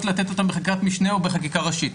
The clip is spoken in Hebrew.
לתת אותם בחקיקת משנה או בחקיקה ראשית,